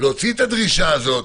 להוציא את הדרישה הזאת,